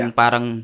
parang